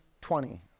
twenty